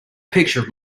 picture